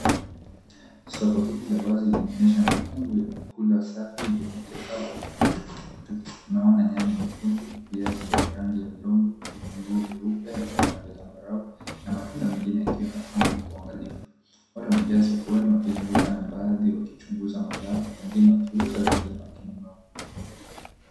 Soko hili la wazi linaonyesha mikungu ya vyakula safi, vyenye kikapu. Naona nyanya nyekundu, viazi vya rangi ya udongo, vitunguu vyeupe, na vya zambarau, na matunda mengine yakiwa yamepangwa kwa uangalifu. Watu wamejaa sokoni wakizunguka, na baadhi wakichunguza mazao. Wengine wakiuza wengine wakinunua.